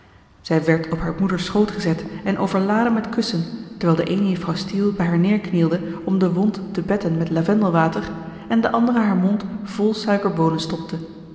zij werd op haar moeders schoot gezet en overladen met kussen terwijl de eene juffrouw steele bij haar neerknielde om de wond te betten met lavendelwater en de andere haar mond vol suikerboonen stopte